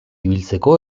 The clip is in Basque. ibiltzeko